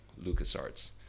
LucasArts